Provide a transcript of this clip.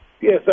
Yes